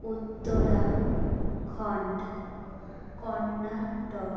Uttarakhand Karnataka